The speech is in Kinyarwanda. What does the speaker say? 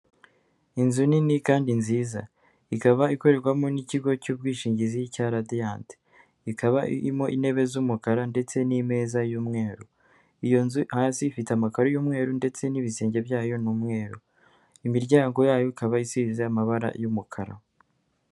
Inzu nini kandi nziza ikaba ikorerwamo n'ikigo cy'ubwishingizi cya radiyanti, ikaba irimo intebe z'umukara ndetse n'imeza y'umweru. Iyo nzu ahazi ifite amakaro y'umweru ndetse n'ibisenge byayo ni'u umweru imiryango yayo ikaba izize amabara y'umukara.